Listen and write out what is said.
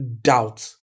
doubt